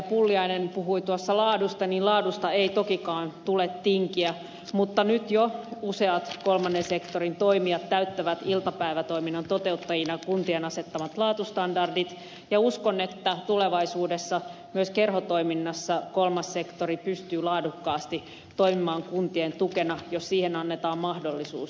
pulliainen puhui laadusta niin laadusta ei tokikaan tule tinkiä mutta nyt jo useat kolmannen sektorin toimijat täyttävät iltapäivätoiminnan toteuttajina kuntien asettamat laatustandardit ja uskon että tulevaisuudessa myös kerhotoiminnassa kolmas sektori pystyy laadukkaasti toimimaan kuntien tukena jos siihen annetaan mahdollisuus